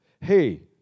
hey